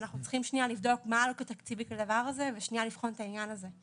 ואנחנו צריכים לבדוק מה העלות התקציבית לדבר הזה ולבחון את העניין הזה.